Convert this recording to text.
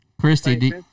Christy